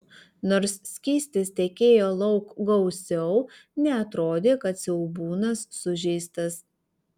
nors skystis tekėjo lauk gausiau neatrodė kad siaubūnas sužeistas